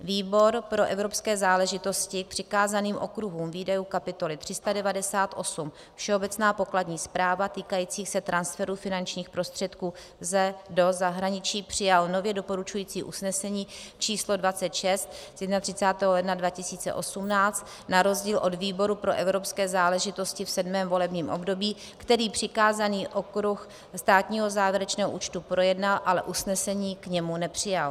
výbor pro evropské záležitosti k přikázaným okruhům výdajů kapitoly 398 Všeobecná pokladní správa týkajících se transferů finančních prostředků ze/do zahraničí přijal nově doporučující usnesení č. 26 z 31. ledna 2018 na rozdíl od výboru pro evropské záležitosti v 7. volebním období, který přikázaný okruh státního závěrečného účtu projednal, ale usnesení k němu nepřijal;